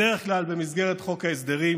בדרך כלל במסגרת חוק ההסדרים.